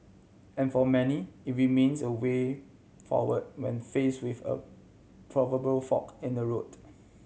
and for many it remains a way forward when face with a proverbial fork in the road